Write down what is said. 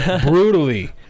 brutally